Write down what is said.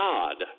God